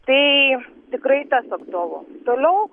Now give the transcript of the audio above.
tai tikrai tas aktualu toliau